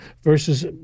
versus